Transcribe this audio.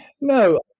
No